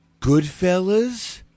Goodfellas